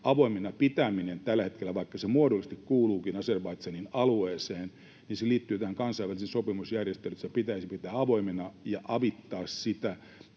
avoimena pitäminen tällä hetkellä, vaikka se muodollisesti kuuluukin Azerbaidžanin alueeseen, liittyy tähän kansainväliseen sopimusjärjestelyyn, että se pitäisi pitää avoimena ja avittaa sitä,